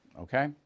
Okay